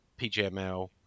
PGML